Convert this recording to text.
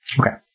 Okay